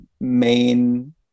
main